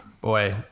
Boy